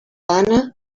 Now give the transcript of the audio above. anna